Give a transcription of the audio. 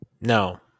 No